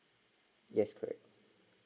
yes correct